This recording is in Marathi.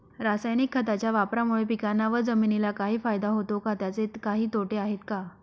रासायनिक खताच्या वापरामुळे पिकांना व जमिनीला काही फायदा होतो का? त्याचे काही तोटे आहेत का?